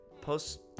post